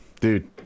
Dude